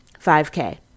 5K